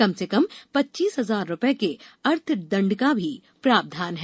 कम से कम पच्चीस हजार रुपये के अर्थदंड का प्रावधान भी है